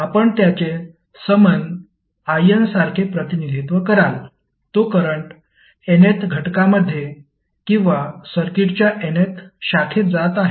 आपण त्याचे समन in सारखे प्रतिनिधित्व कराल तो करंट nth घटकामध्ये किंवा सर्किटच्या nth शाखेत जात आहे